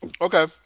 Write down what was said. Okay